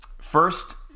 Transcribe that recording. first